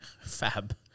fab